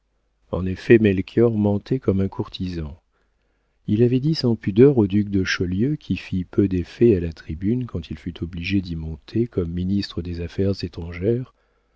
en effet melchior mentait comme un courtisan il avait dit sans pudeur au duc de chaulieu qui fit peu d'effet à la tribune quand il fut obligé d'y monter comme ministre des affaires